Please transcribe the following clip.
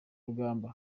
rugamba